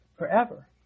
Forever